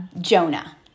Jonah